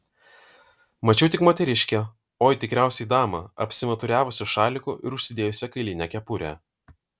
mačiau tik moteriškę oi tikriausiai damą apsimuturiavusią šaliku ir užsidėjusią kailinę kepurę